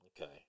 Okay